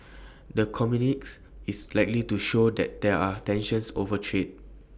the communique is likely to show that there are tensions over trade